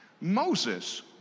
Moses